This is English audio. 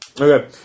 Okay